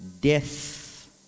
death